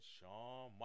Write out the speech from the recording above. Shawn